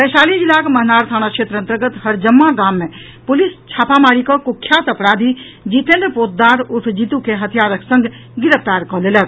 वैशाली जिलाक महनार थाना क्षेत्र अंतर्गत हरजम्मा गाम मे पुलिस छापामारी कऽ कुख्यात अपराधी जितेन्द्र पोद्दार उर्फ जीतू के हथियारक संग गिरफ्तार कऽ लेलक